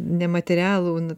nematerialų nu